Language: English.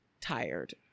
tired